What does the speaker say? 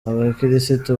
abakirisitu